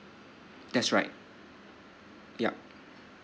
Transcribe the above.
that's right yup